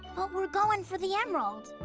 but we're going for the emerald.